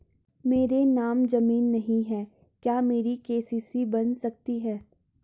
मेरे नाम ज़मीन नहीं है क्या मेरी के.सी.सी बन सकती है?